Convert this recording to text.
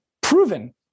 proven